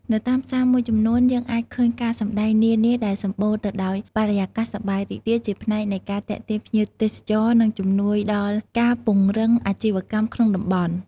នៅតាមផ្សារមួយចំនួន យើងអាចឃើញការសំដែងនានាដែលសម្បូរទៅដោយបរិយាកាសសប្បាយរីករាយ ជាផ្នែកនៃការទាក់ទាញភ្ញៀវទេសចរ និងជំនួយដល់ការពង្រឹងអាជីវកម្មក្នុងតំបន់។